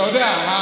אתה יודע,